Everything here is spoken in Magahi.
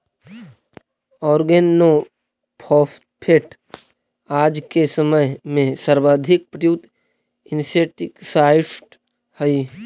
ऑर्गेनोफॉस्फेट आज के समय में सर्वाधिक प्रयुक्त इंसेक्टिसाइट्स् हई